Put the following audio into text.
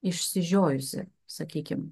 išsižiojusi sakykim